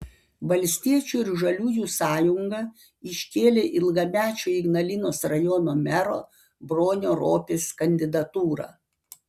valstiečių ir žaliųjų sąjunga iškėlė ilgamečio ignalinos rajono mero bronio ropės kandidatūrą